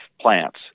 plants